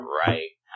right